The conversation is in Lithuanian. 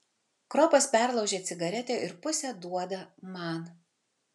kropas perlaužia cigaretę ir pusę duoda man